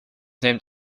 named